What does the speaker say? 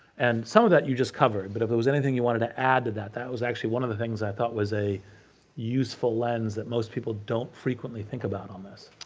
and some of that you just covered, but if there was anything you wanted to add to that, that was actually one of things i thought was a useful lens that most people don't frequently think about on this.